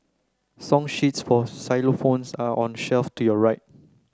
song sheets for xylophones are on the shelf to your right